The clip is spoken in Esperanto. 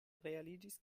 realiĝis